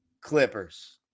Clippers